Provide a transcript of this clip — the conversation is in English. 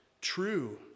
true